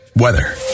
weather